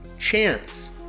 Chance